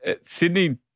Sydney